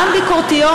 גם ביקורתיות,